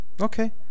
Okay